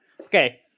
okay